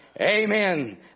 Amen